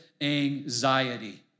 anxiety